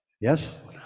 yes